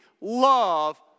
Love